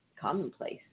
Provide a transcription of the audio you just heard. commonplace